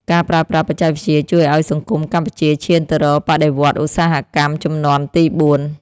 ការប្រើប្រាស់បច្ចេកវិទ្យាជួយឱ្យសង្គមកម្ពុជាឈានទៅរកបដិវត្តន៍ឧស្សាហកម្មជំនាន់ទីបួន។